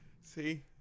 See